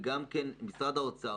האוצר,